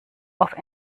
auf